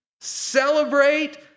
celebrate